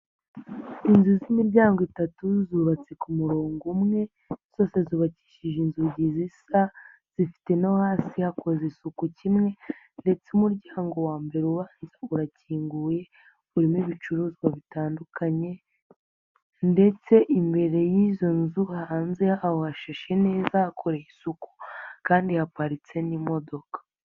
Inzu z'imiryango itatu zubatse ku murongo umwe, zose zubakishije inzugi zisa, zifite no hasi hako isuku kimwe ndetse umuryango wa mbere ubanza urakinguye, urimo ibicuruzwa bitandukanye ndetse imbere y'izo nzu hanze yaho hashashe neza hakore isuku kandi haparitse n'imodoka.